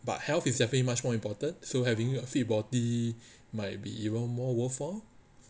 but health is definitely much more important so having a fit body might be even more worthwhile